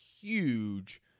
huge